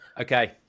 Okay